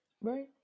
Right